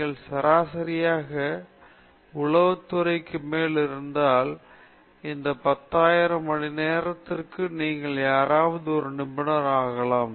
நீங்கள் சராசரியாக உளவுத்துறைக்கு மேல் இருந்தால் இந்த 10000 மணிநேரத்திற்குள் நீங்கள் யாராவது ஒரு நிபுணர் ஆகலாம்